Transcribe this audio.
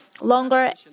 longer